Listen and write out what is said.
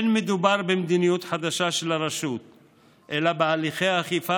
לא מדובר במדיניות חדשה של הרשות אלא בהליכי אכיפה